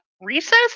Recess